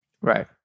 Right